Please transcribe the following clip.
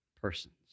persons